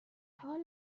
حال